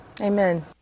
Amen